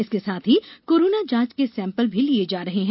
इसके साथ ही कोरोना जांच के सेंपल भी लिये जा रहे हैं